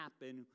happen